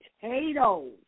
potatoes